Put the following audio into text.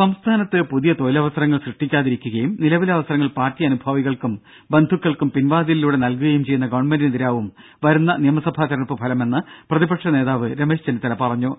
സംസ്ഥാനത്ത് പുതിയ തൊഴിലവസരങ്ങൾ സൃഷ്ടിക്കാതിരിക്കുകയും നിലവിലെ അവസരങ്ങൾ പാർട്ടി അനുഭാവികൾക്കും ബന്ധുക്കൾക്കും പിൻവാതിലിലൂടെ നൽകുകയും ചെയ്യുന്ന ഗവൺമെന്റിനെതിരാവും വരുന്ന നിയമസഭാ തെരഞ്ഞെടുപ്പ് ഫലമെന്ന് പ്രതിപക്ഷനേതാവ് രമേശ് ചെന്നിത്തല പറഞ്ഞു